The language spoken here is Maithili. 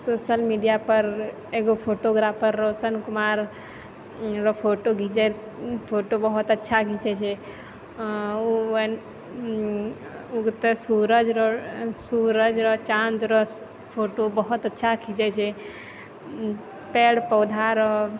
सोशल मिडियापर एगो फोटोग्राफर रौशन कुमार एगो फोटो घिचैत ई फोटो बहुत अच्छा घिचै छै ओ उगता हुआ सूरज आओर चाँद रौशन फोटो बहुत अच्छा खिचै छै पेड़ पौधा आरो